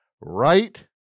right